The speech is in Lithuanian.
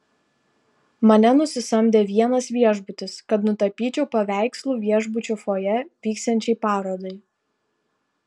mane nusisamdė vienas viešbutis kad nutapyčiau paveikslų viešbučio fojė vyksiančiai parodai